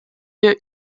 wir